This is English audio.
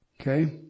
Okay